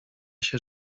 się